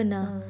ah